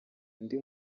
undi